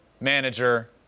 manager